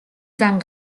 зан